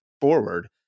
forward